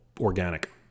organic